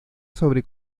sobre